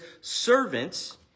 servants